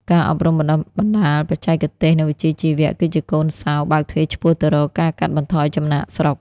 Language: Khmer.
ការអប់រំបណ្ដុះបណ្ដាលបច្ចេកទេស និងវិជ្ជាជីវៈ គឺជាកូនសោរបើកទ្វារឆ្ពោះទៅរកការកាត់បន្ថយចំណាកស្រុក។